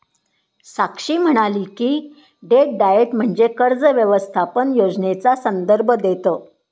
साक्षी म्हणाली की, debt diet म्हणजे कर्ज व्यवस्थापन योजनेचा संदर्भ देतं